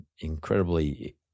incredibly